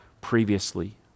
previously